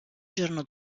giorno